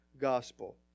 gospel